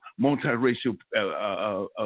multiracial